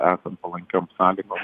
esant palankiom sąlygom